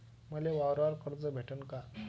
मले वावरावर कर्ज भेटन का?